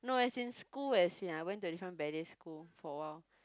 no as in school as in like I went into different ballet school for a while